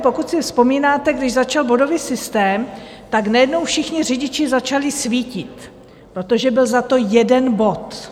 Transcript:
Pokud si vzpomínáte, když začal bodový systém, najednou všichni řidiči začali svítit, protože byl za to jeden bod.